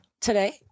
Today